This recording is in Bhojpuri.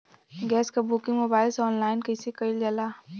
गैस क बुकिंग मोबाइल से ऑनलाइन कईसे कईल जाला?